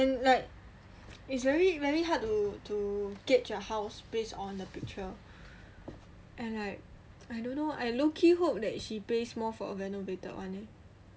and like it's very very hard to to gauge a house based on the picture and like I don't know I low key hope that she pays more for a renovated one